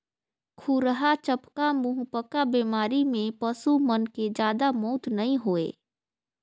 खुरहा चपका, मुहंपका बेमारी में पसू मन के जादा मउत नइ होय